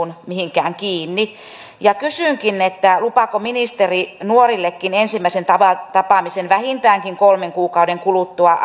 mihinkään kiinni kysynkin lupaako ministeri nuorillekin ensimmäisen tapaamisen ammattihenkilön kanssa vähintäänkin kolmen kuukauden kuluttua